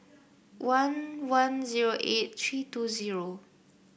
one one zero eight three two zero